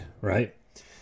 right